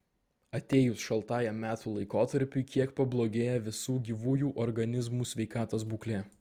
atėjus šaltajam metų laikotarpiui kiek pablogėja visų gyvųjų organizmų sveikatos būklė